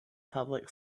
public